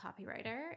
copywriter